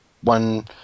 one